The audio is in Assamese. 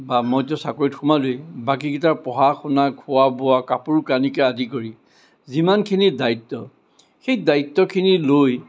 বা মইটো চাকৰিত সোমালোৱে বাকীকেইটাৰ পঢ়া শুনা খোৱা বোৱা কাপোৰ কানিকে আদি কৰি যিমানখিনি দায়িত্ব সেই দায়িত্বখিনি লৈ